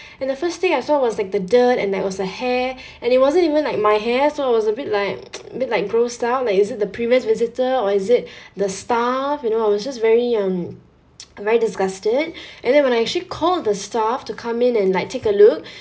and the first thing I saw was like the dirt and there was the hair and it wasn't even like my hair so it was a bit like a bit like grossed out like is it the previous visitor or is it the staff you know I was just very um I'm very disgusted and then when I actually called the staff to come in and like take a look